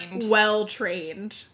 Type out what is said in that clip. well-trained